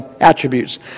attributes